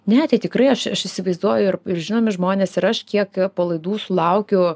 ne tai tikrai aš įsivaizduoju ir žinomi žmonės ir aš kiek po laidų sulaukiu